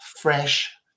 fresh